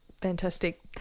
Fantastic